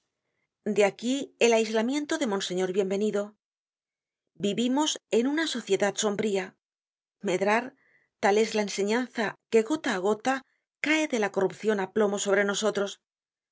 de aquí el aislamiento de monseñor bienvenido vivimos en una sociedad sombría medrar tal es la enseñanza que gota á gota cae de la corrupcion á plomo sobre nosotros